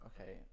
Okay